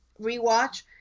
rewatch